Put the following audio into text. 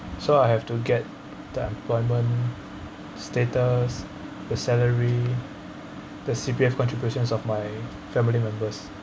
so I have to get the employment status the salary the C_P_F contributions of my family members